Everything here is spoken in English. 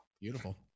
beautiful